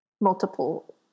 multiple